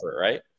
right